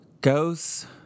Ghosts